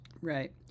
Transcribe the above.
Right